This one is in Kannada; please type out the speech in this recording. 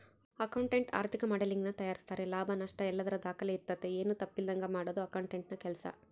ಅಕೌಂಟೆಂಟ್ ಆರ್ಥಿಕ ಮಾಡೆಲಿಂಗನ್ನ ತಯಾರಿಸ್ತಾರೆ ಲಾಭ ನಷ್ಟಯಲ್ಲದರ ದಾಖಲೆ ಇರ್ತತೆ, ಏನು ತಪ್ಪಿಲ್ಲದಂಗ ಮಾಡದು ಅಕೌಂಟೆಂಟ್ನ ಕೆಲ್ಸ